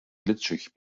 glitschig